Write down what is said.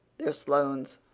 they're sloanes.